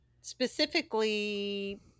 Specifically